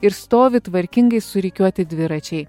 ir stovi tvarkingai surikiuoti dviračiai